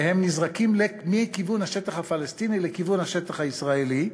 הם נזרקים מכיוון השטח הפלסטיני לכיוון השטח הישראלי,